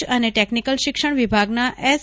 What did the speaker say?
ઉચ્ચ અને ટેકનિકલ શિક્ષણ વિભાગના એસ